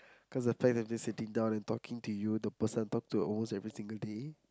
cause I plan to be sitting down and talking to you the person I talk to almost every single day